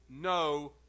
no